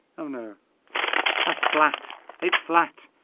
oh no that's flat it's flat